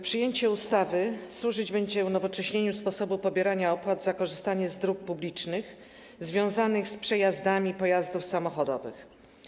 Przyjęcie ustawy będzie służyć unowocześnieniu sposobu pobierania opłat za korzystanie z dróg publicznych związanych z przejazdami pojazdów samochodowych.